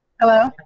hello